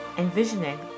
envisioning